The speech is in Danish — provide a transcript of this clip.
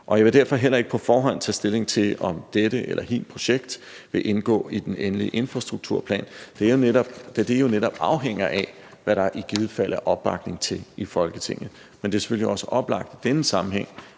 jeg vil derfor heller ikke på forhånd tage stilling til, om dette eller hint projekt vil indgå i den endelige infrastrukturplan, da det jo netop afhænger af, hvad der i givet fald er opbakning til i Folketinget. Men det er selvfølgelig også oplagt i denne sammenhæng.